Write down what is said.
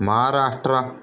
Maharashtra